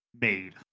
made